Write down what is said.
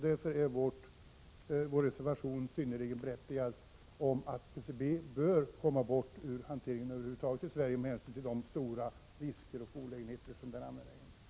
Därför är vår reservation synnerligen berättigad. Vi säger ju där att PCB bör komma bort ur hanteringen över huvud taget i Sverige med hänsyn till de stora risker och olägenheter som är förenade med användningen av detta material.